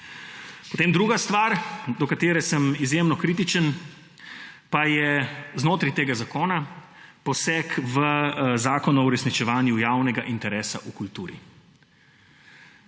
Potem druga stvar, do kater sem izjemno kritičen, pa je znotraj tega zakona poseg v Zakon o uresničevanju javnega interesa v kulturi.